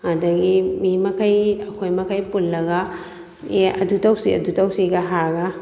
ꯑꯗꯒꯤ ꯃꯤ ꯃꯈꯩ ꯑꯩꯈꯣꯏ ꯃꯈꯩ ꯄꯨꯜꯂꯒ ꯑꯦ ꯑꯗꯨ ꯇꯧꯁꯤ ꯑꯗꯨ ꯇꯧꯁꯤꯒ ꯍꯥꯏꯔꯒ